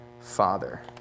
Father